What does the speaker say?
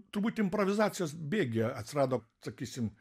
turbūt improvizacijos bėgyje atsirado sakysim